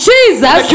Jesus